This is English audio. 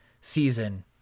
season